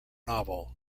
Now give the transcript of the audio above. novel